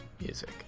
Music